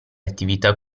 attività